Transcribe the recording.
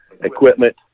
equipment